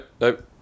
nope